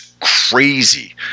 crazy